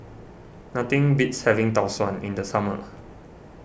nothing beats having Tau Suan in the summer